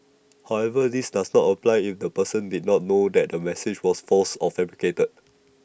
however this does not apply if the person did not know that the message was false or fabricated